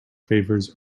favours